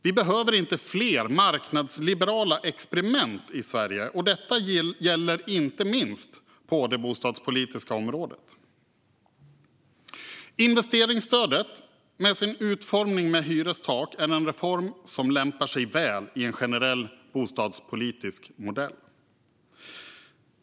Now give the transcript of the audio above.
Vi behöver inte fler marknadsliberala experiment i Sverige, och detta gäller inte minst på det bostadspolitiska området. Investeringsstödet, med sin utformning med hyrestak, är en reform som lämpar sig väl i en generell bostadspolitisk modell.